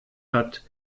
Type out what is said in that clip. hat